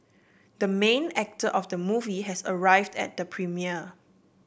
the main actor of the movie has arrived at the premiere